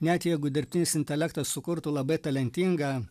net jeigu dirbtinis intelektas sukurtų labai talentingą